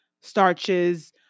starches